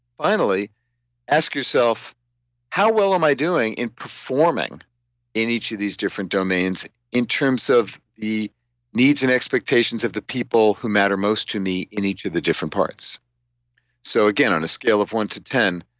finally ask yourself how well am i doing in performing in each of these different domains in terms of the needs and expectations of the people who matter most to me in each of the different parts so again, on a scale of one to ten,